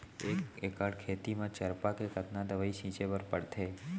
एक एकड़ खेत म चरपा के कतना दवई छिंचे बर पड़थे?